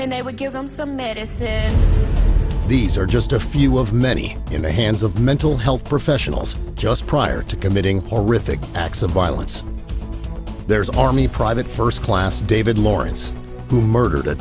and they would give him some medicine these are just a few of many in the hands of mental health professionals just prior to committing horrific acts of violence there's army private first class david lawrence who murdered a